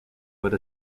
with